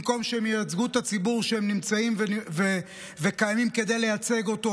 במקום שהם ייצגו את הציבור שהם נמצאים וקיימים כדי לייצג אותו,